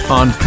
on